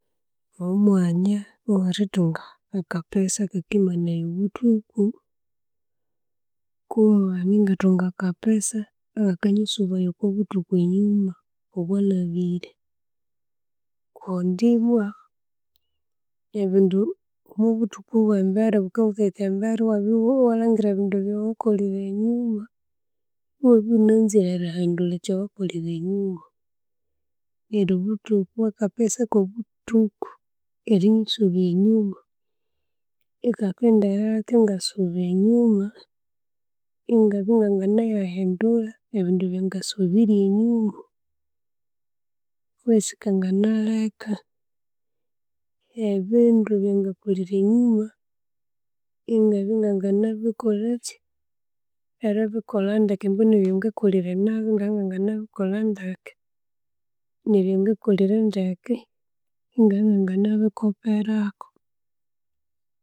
Omwanya werithunga akapeesa akakimanaya obuthuku kumwanya inathunga akapesa akakanyisubaya okwabuthuku enyuma obwalhabire kundi bwa ebindu mwobuthuku bw'embere ghukabya wukahika embere iwalhangira ebindu ebyawa kholire enyuma, iwabya ighunanzire erihindhulha ekyowakhlire enyuma. Neryu obuthuku akapeesa ko'obuthuku erinyisubya enyuma ikakendileka ingasuuba enyuma ingabya inanganaya hindhulha ebindu ebyangasobirye enyuma. Kwesi kanganaleka ebindu byengalholire enyuma ingabya ngangana bikholha chi? Eri bikholha ndeke mbino ebyanga kholire naabi ngabya ngangana bikholha ndeke, nebya nga kholire ndeke ingabya ngangana bikopera kuu.